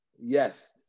Yes